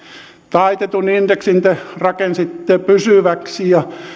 taitetun indeksin te rakensitte pysyväksi ja